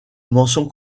mention